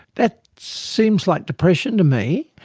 that seems like depression to me,